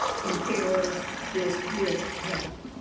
compare this with that.